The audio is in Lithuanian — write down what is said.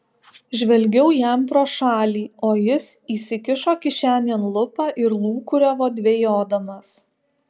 žvelgiau jam pro šalį o jis įsikišo kišenėn lupą ir lūkuriavo dvejodamas